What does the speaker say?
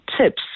tips